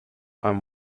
i’m